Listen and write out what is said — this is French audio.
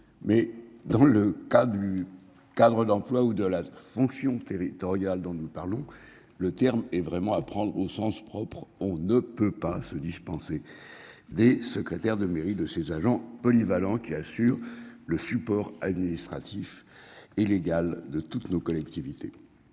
Mais dans le cas du Cadre d'emploi ou de la fonction territoriale dont nous parlons, le terme est vraiment à prendre au sens propre, on ne peut pas se dispenser. Des secrétaires de mairie de ses agents polyvalents qui assure le support administratif. Et légal de toutes nos collectivités.